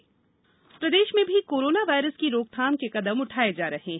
corona प्रदेश प्रदेश में भी कोरोना वायरस की रोकथाम कदम के उठाये जा रहे हैं